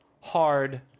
hard